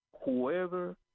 whoever